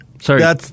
Sorry